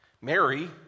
Mary